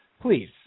Please